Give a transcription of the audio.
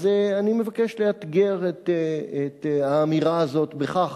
אז אני מבקש לאתגר את האמירה הזאת בכך